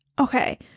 Okay